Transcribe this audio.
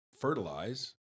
fertilize